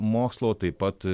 mokslo taip pat